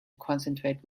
concentrate